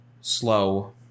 slow